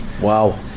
Wow